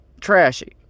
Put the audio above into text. trashy